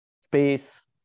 Space